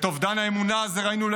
את אובדן האמונה הזה ראינו,